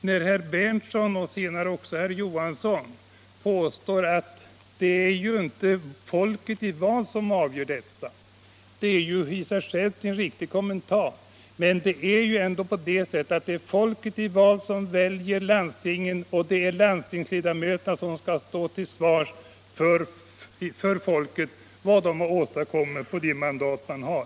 Herr Berndtson och Tisdagen den senare herr Johansson i Trollhättan påstår nu att det inte är folket i 25 maj 1976 val som avgör detta. Det är i och för sig en riktig kommentar, men folket i val väljer ändå landstingen, och landstingsledamöterna skall stå — Regional samhällstill svars inför folket för vad de har åstadkommit på de mandat de har.